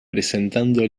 presentando